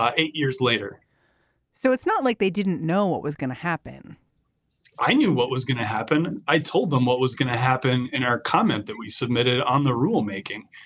eight years later so it's not like they didn't know what was going to happen i knew what was going to happen. i told them what was going to happen. in our comment that we submitted on the rulemaking,